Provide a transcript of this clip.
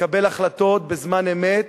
לקבל החלטות בזמן אמת